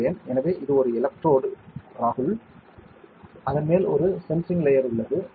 எனவே இது ஒரு எலக்ட்ரோடு ராகுல் அதன் மேல் ஒரு சென்சிங் லேயர் உள்ளது ஓகே